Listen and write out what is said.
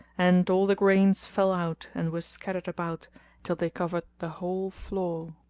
and all the grains fell out and were scattered about till they covered the whole floor.